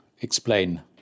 explain